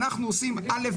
אנחנו עושים א',